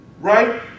Right